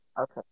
Okay